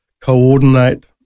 coordinate